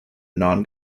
non